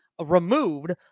removed